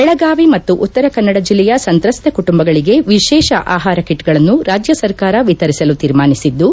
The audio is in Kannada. ಬೆಳಗಾವಿ ಮತ್ತು ಉತ್ತರ ಕನ್ನಡ ಜಿಲ್ಲೆಯ ಸಂತ್ರಸ್ತ ಕುಟುಂಬಗಳಿಗೆ ವಿಶೇಷ ಆಹಾರ ಕಿಟ್ಗಳನ್ನು ರಾಜ್ಯ ಸರ್ಕಾರ ವಿತರಿಸಲು ತೀರ್ಮಾನಿಸಿದ್ಲು